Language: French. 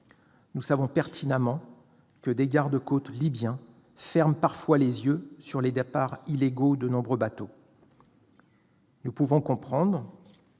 Nous savons pertinemment que les garde-côtes libyens ferment parfois les yeux sur les départs illégaux de nombreux bateaux. Nous pouvons le comprendre,